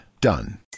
Done